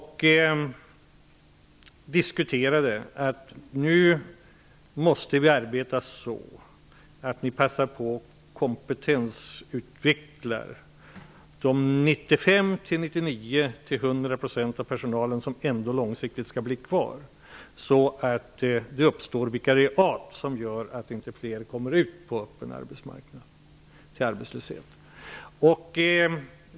Vi diskuterade att man nu måste passa på att kompetensutveckla de 95--100 % av personalen som ändå långsiktigt skall bli kvar så att det uppstår vikariat som gör att inte fler kommer ut i öppen arbetslöshet.